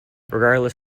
regardless